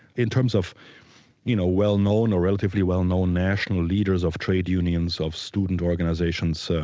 in terms of you know well-known, or relatively well-known national leaders of trade unions, of student organisations, so